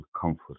comfort